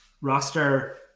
roster